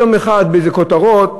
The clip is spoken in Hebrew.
החזיק יום אחד באיזה כותרות,